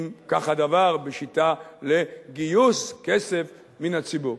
אם כך הדבר בשיטה לגיוס כסף מן הציבור,